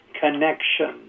connection